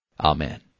Amen